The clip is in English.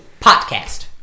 Podcast